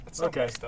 Okay